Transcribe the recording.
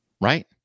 right